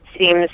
seems